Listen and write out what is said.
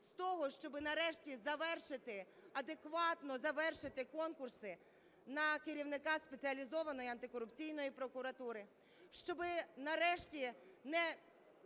з того, щоб нарешті завершити, адекватно завершити конкурси на керівника Спеціалізованої антикорупційної прокуратури, щоб нарешті не